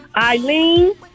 Eileen